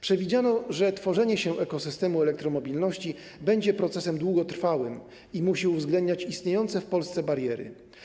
Przewidziano, że tworzenie się ekosystemu elektromobilności będzie procesem długotrwałym, który musi uwzględniać istniejące w Polsce bariery.